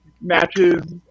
matches